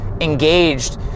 engaged